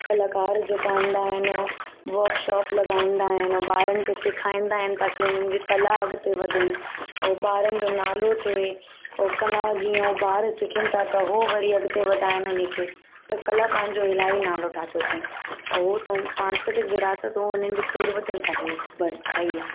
कलाकार जेका हूंदा आहिनि उहे वर्कशॉप लॻाईंदा आहिनि ऐं ॿारनि खे सेखाईंदा आहिनि ताकी उन्हनि जी कला अॻिते वधेन और ॿारन जो नालो थे और कला जीअं हो ॿार सिखेन ता त हो वरी अॻिते वधाइनि उन खे त कला पंहिंजो इलाही नालो ठाहियो तैं ऐं उहे सां सांस्कृतिक विरासत उहो हुनन जे पूर्वजनन खों ठही आहे